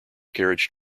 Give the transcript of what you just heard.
carriage